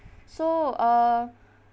so uh